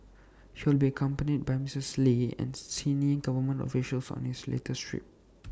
he will be accompanied by Misters lee and senior government officials on his latest trip